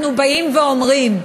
אנחנו באים ואומרים: